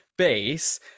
base